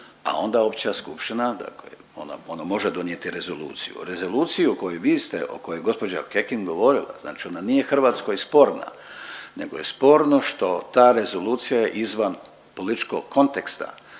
a onda Opća skupština, dakle ona može donijeti rezoluciju. Rezoluciju koju vi ste, o kojoj je gospođa Kekin govorila znači ona nije Hrvatskoj sporna, nego je sporno što ta rezolucija je izvan političkog konteksta.